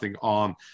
on